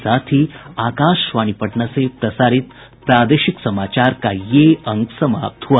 इसके साथ ही आकाशवाणी पटना से प्रसारित प्रादेशिक समाचार का ये अंक समाप्त हुआ